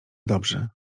dobrzy